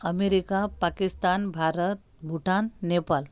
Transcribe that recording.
America Pakistan Bharat Bhutan Nepal